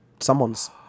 someone's